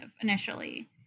initially